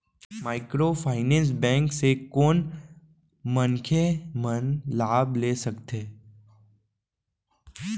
Microfinance bank से कोन मनखे मन लाभ ले सकथे?